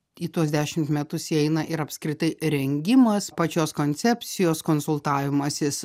į tuos dešimt metus įeina ir apskritai rengimas pačios koncepcijos konsultavimasis